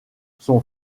son